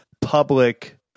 public